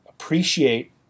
Appreciate